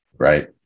Right